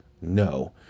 No